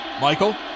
Michael